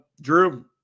Drew